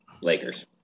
Lakers